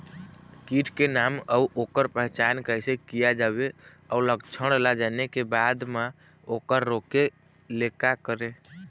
कीट के नाम अउ ओकर पहचान कैसे किया जावे अउ लक्षण ला जाने के बाद मा ओकर रोके ले का करें?